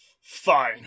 fine